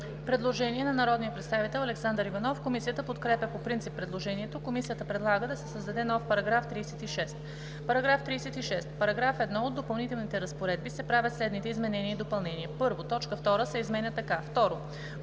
Предложение на народния представител Александър Иванов. Комисията подкрепя по принцип предложението. Комисията предлага да се създаде нов § 36: „§ 36. В параграф 1 от допълнителните разпоредби се правят следните изменения и допълнения: 1. Точка 2 се изменя така: „2.